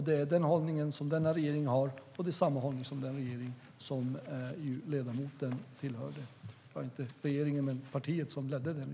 Det är den hållning som denna regering har, och det är samma hållning som den regering som ledamotens parti ledde hade.